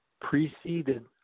preceded